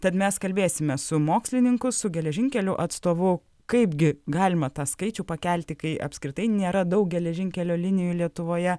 tad mes kalbėsime su mokslininku su geležinkelių atstovu kaipgi galima tą skaičių pakelti kai apskritai nėra daug geležinkelio linijų lietuvoje